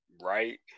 right